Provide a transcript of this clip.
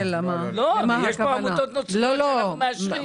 יש כאן עמותות נוצריות שאנחנו מאשרים.